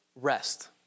Rest